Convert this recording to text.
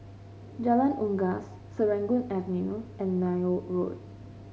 Jalan Unggas Serangoon Avenue and Neil Road